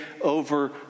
over